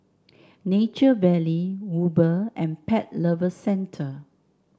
Nature Valley Uber and Pet Lovers Centre